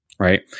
Right